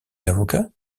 l’avocat